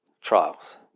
trials